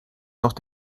noch